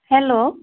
hello